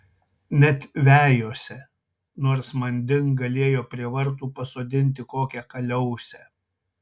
net vejose nors manding galėjo prie vartų pasodinti kokią kaliausę